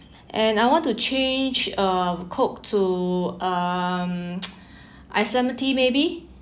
and I want to change uh coke to um iced lemon tea maybe